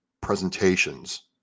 presentations